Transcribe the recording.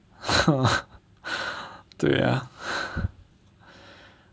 对 ya